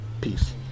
Peace